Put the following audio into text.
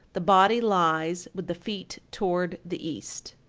the body lies with the feet toward the east.